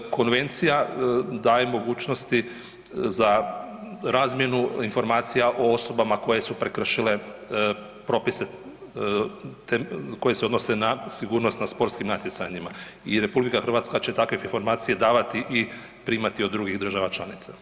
Konvencija daje mogućnosti za razmjenu informacija o osobama koje su prekršile propise koje se odnose na sigurnost na sportskim natjecanjima i RH će takve informacije davati i primati od drugih država članica.